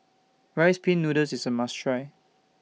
Rice Pin Noodles IS A must Try